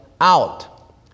out